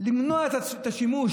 למנוע את השימוש